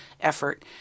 effort